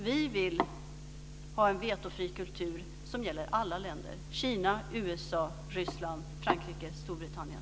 Vi vill ha en vetofri kultur som gäller alla länder, Kina, USA, Ryssland, Frankrike och Storbritannien.